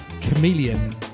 Chameleon